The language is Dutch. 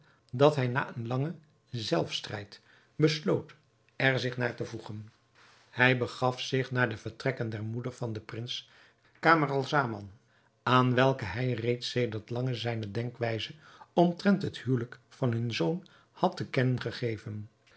dat hij na een langen zelfstrijd besloot er zich naar te voegen hij begaf zich naar de vertrekken der moeder van den prins camaralzaman aan welke hij reeds sedert lang zijne denkwijze omtrent het huwelijk van hun zoon had te kennen gegeven